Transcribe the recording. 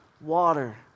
water